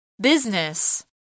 Business